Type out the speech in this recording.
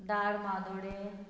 दाळमादोडें